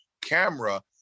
Camera